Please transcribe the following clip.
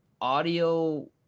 audio